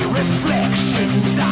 reflections